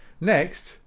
next